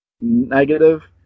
negative